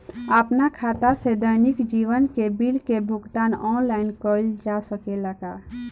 आपन खाता से दैनिक जीवन के बिल के भुगतान आनलाइन कइल जा सकेला का?